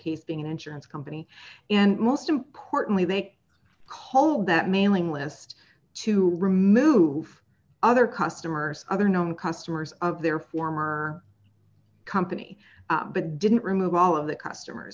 case being an insurance company and most importantly they culled that mailing list to remove other customers other known customers of their former company but didn't remove all of the customers